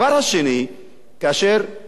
כאשר הוא מטיל גזירות